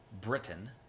Britain